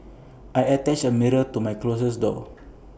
I attached A mirror to my closet door